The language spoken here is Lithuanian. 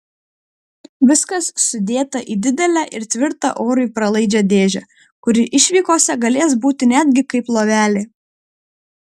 viskas sudėta į didelę ir tvirtą orui pralaidžią dėžę kuri išvykose galės būti netgi kaip lovelė